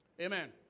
Amen